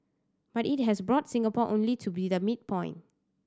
but it has brought Singapore only to be the midpoint